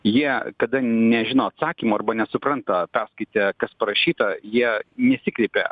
jie kada nežino atsakymo arba nesupranta perskaitę kas parašyta jie nesikreipia